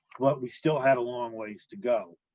but we still had a long ways to go.